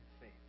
faith